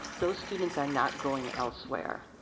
those students are not going elsewhere.